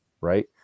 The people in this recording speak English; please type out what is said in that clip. right